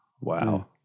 wow